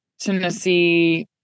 Tennessee